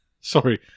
Sorry